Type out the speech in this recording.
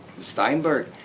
Steinberg